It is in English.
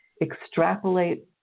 extrapolate